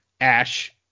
Ash